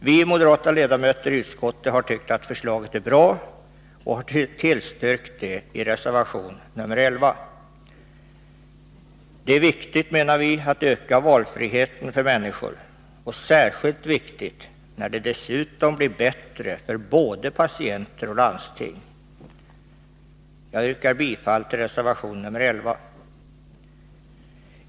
Vi moderata ledamöter i utskottet anser att förslaget är bra, och vi har tillstyrkt det i reservation 11. Det är viktigt, menar vi, att öka valfriheten för människor, inte minst när det dessutom blir bättre både för patienter och landsting. Jag yrkar bifall till reservation 11.